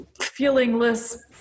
feelingless